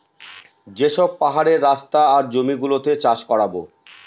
যে সব পাহাড়ের রাস্তা আর জমি গুলোতে চাষ করাবো